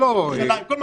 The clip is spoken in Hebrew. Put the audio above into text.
כלומר, בכל במקום.